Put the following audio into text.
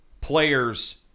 players